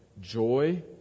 joy